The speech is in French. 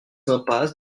impasse